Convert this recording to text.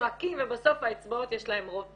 צועקים ובסוף האצבעות יש להם רוב.